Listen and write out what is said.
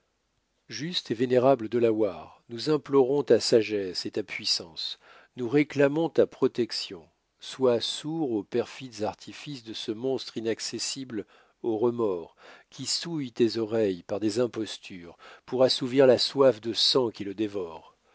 juste et vénérable delaware nous implorons ta sagesse et ta puissance nous réclamons ta protection sois sourd aux perfides artifices de ce monstre inaccessible aux remords qui souille tes oreilles par des impostures pour assouvir la soif de sang qui le dévore